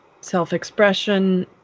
self-expression